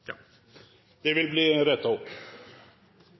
Ja, det vil